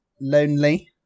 lonely